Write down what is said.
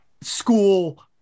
school